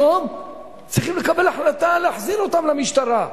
היום צריכים לקבל החלטה להחזיר אותם למשטרה,